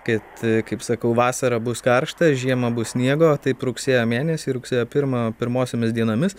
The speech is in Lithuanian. kad kaip sakau vasara bus karšta žiemą bus sniego taip rugsėjo mėnesį rugsėjo pirmą pirmosiomis dienomis